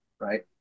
right